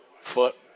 foot